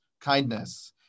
kindness